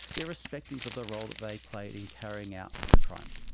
irrespective of the role that they played in carrying out the crime.